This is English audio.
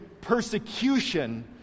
persecution